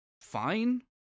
fine